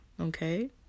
Okay